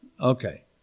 Okay